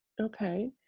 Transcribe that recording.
Okay